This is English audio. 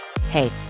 Hey